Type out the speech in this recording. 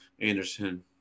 Anderson